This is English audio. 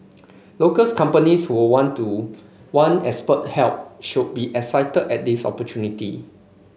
locals companies who would want to want expert help should be excited at this opportunity